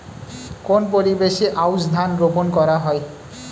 কোন পরিবেশে আউশ ধান রোপন করা হয়?